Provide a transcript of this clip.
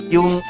Yung